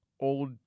old